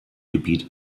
gebiet